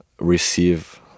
receive